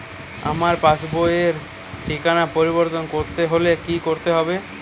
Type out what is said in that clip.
আমার পাসবই র ঠিকানা পরিবর্তন করতে হলে কী করতে হবে?